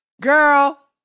Girl